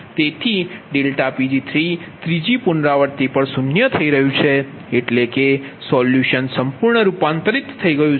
તેથી Pg3 ત્રીજી પુનરાવૃત્તિ પર 0 થઈ રહ્યું છે એટલે કે સોલ્યુશન સંપૂર્ણ રૂપાંતરિત થયું છે